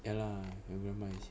ya lah nevermind